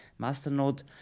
Masternode